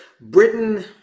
Britain